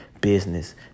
business